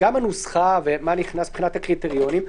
גם הנוסחה ומה נכנס מבחינת הקריטריונים,